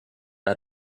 out